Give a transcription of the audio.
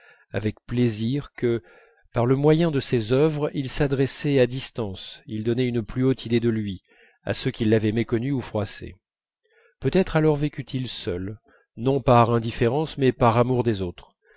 avec plaisir que par le moyen de ses œuvres il s'adressait à distance il donnait une plus haute idée de lui à ceux qui l'avaient méconnu ou froissé peut-être alors vécut il seul non par indifférence mais par amour des autres